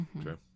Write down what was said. true